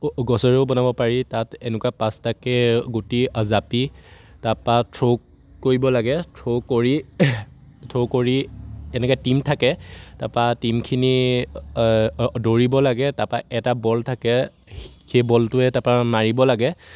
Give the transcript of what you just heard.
গছৰেও বনাব পাৰি তাত এনেকুৱা পাচটাকে গুটি জাপি তাৰপৰা থ্ৰ' কৰিব লাগে থ্ৰ' কৰি থ্ৰ' কৰি এনেকে টীম থাকে তাৰপৰা টীমখিনি দৌৰিব লাগে তাৰপৰা এটা বল থাকে সেই বলটোৱে তাৰপৰা মাৰিব লাগে